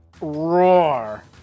roar